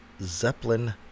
Zeppelin